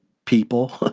people.